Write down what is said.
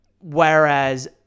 whereas